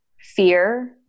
fear